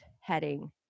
heading